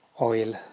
oil